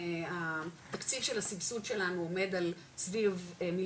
התקציב של הסבסוד שלנו עומד על סביב 1.100